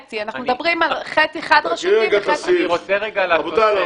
מדברים על חצי רשותי וחצי --- רבותיי,